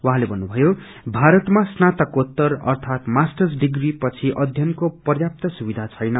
उहाँले भन्नुभयो भारतमा स्सनाताकेत्तर अर्थात मार्स्टस डिप्री पछि अध्ययनको पर्याप्त सुविधा छैन